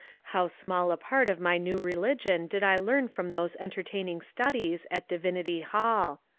how small a part of my new religion did i learn from those entertaining studies at divinity hall!